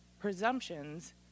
presumptions